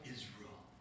Israel